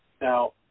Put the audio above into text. Now